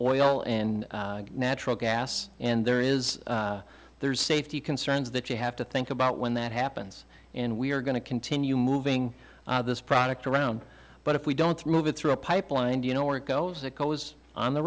oil and natural gas and there is there's safety concerns that you have to think about when that happens in we're going to continue moving this product around but if we don't move it through a pipeline and you know where it goes it goes on the